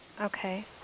okay